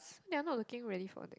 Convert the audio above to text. so they are not looking really for that